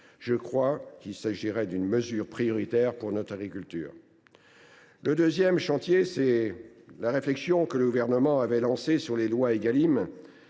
je crois qu’il s’agit d’une mesure prioritaire pour notre agriculture. Deuxièmement, la réflexion que le Gouvernement avait lancée sur les lois Égalim